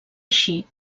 així